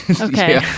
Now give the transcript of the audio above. Okay